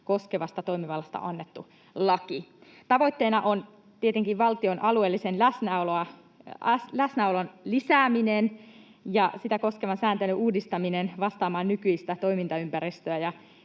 koskevasta toimivallasta annettu laki. Tavoitteena on tietenkin valtion alueellisen läsnäolon lisääminen ja sitä koskevan sääntelyn uudistaminen vastaamaan nykyistä toimintaympäristöä